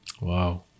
wow